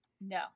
No